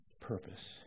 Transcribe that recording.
purpose